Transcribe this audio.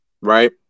right